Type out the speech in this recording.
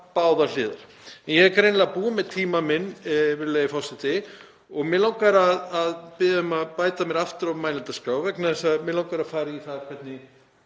báðar hliðar. Ég er greinilega búinn með tíma minn, virðulegi forseti, og mig langar að biðja hann um að bæta mér aftur á mælendaskrá vegna þess að mig langar að fara í það hvernig